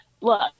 look